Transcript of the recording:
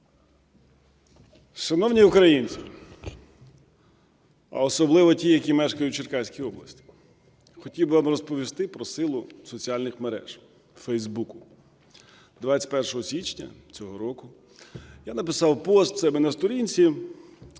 Шановні українці, а особливо ті, які мешкають в Черкаській області, хотів би вам розповісти про силу соціальних мереж – Facebook. 21 січня цього року я написав пост у себе на сторінці і